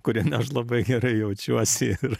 kuriame aš labai gerai jaučiuosi ir